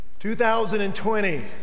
2020